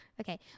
Okay